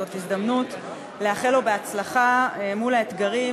זאת הזדמנות לאחל לו בהצלחה מול האתגרים